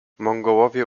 mongołowie